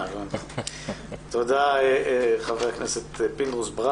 תודה, חבר הכנסת פינדרוס.